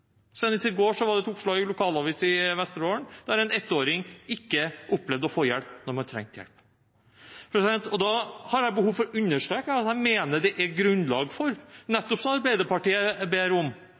Senest i går var det et oppslag i lokalavisen i Vesterålen, der en ettåring ikke opplevde å få hjelp da man trengte hjelp. Da har jeg behov for å understreke at jeg mener det er grunnlag for,